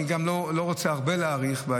אני גם לא רוצה הרבה להאריך,